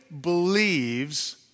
believes